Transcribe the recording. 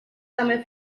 també